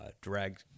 drag